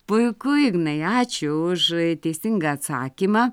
puiku ignai ačiū už teisingą atsakymą